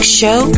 show